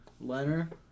Leonard